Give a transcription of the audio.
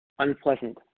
unpleasant